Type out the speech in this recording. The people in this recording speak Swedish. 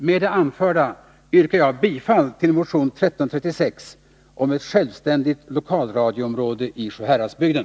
Med det anförda yrkar jag bifall till motion 1336 om ett självständigt lokalradioområde i Sjuhäradsbygden.